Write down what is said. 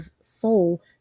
soul